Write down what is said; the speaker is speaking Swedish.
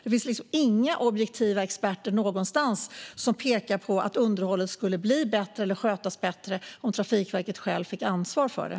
Det finns inga objektiva experter någonstans som pekar på att underhållet skulle skötas bättre om Trafikverket självt fick ansvar för det.